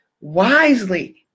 wisely